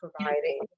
providing